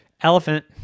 elephant